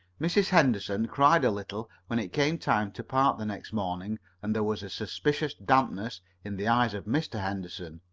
mrs. henderson cried a little when it came time to part the next morning, and there was a suspicious dampness in the eyes of mr. henderson.